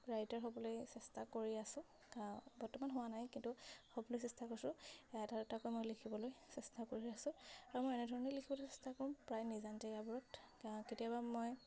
writer হ'বলৈ চেষ্টা কৰি আছো বৰ্তমান হোৱা নাই কিন্তু হ'বলৈ চেষ্টা কৰিছোঁ এটা দুটাকৈ মই লিখিবলৈ চেষ্টা কৰি আছো আৰু মই এনেধৰণেই লিখিবলৈ চেষ্টা কৰোঁ প্ৰায় নিজান জেগাবোৰত কেতিয়াবা মই